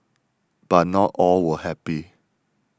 but not all were happy